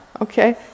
Okay